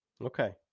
Okay